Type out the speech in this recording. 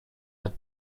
had